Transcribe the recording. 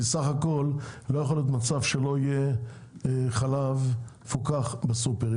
כי סך הכל לא יכול להיות מצב שלא יהיה חלב מפוקח בסופר.